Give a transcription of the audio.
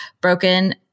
Broken